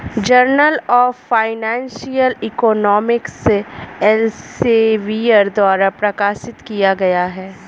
journal of financial economics Elsevier द्वारा प्रकाशित किया गया हैं